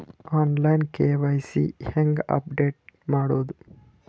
On line KYC ಹೇಂಗ update ಮಾಡೋದು?